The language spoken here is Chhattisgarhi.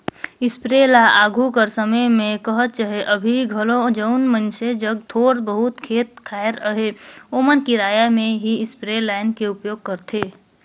इस्पेयर ल आघु कर समे में कह चहे अभीं घलो जउन मइनसे जग थोर बहुत खेत खाएर अहे ओमन किराया में ही इस्परे लाएन के उपयोग करथे